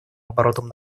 оборотом